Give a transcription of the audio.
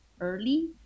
early